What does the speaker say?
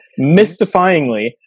mystifyingly